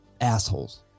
assholes